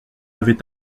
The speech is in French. avait